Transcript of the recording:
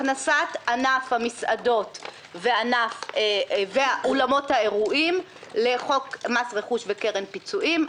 הכנסת ענף המסעדות וענף אולמות האירועים לחוק מס רכוש וקרן פיצויים.